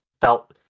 felt